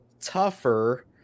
tougher